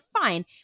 fine